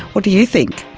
what do you think?